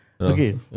Okay